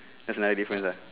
that's another difference uh